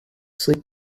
sleep